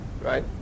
right